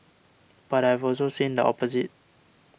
but I've also seen the opposite